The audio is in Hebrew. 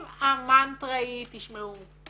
אם המנטרה היא תשמעו,